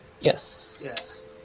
Yes